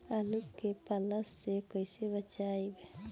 आलु के पाला से कईसे बचाईब?